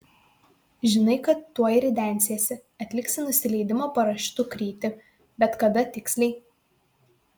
žinai kad tuoj ridensiesi atliksi nusileidimo parašiutu krytį bet kada tiksliai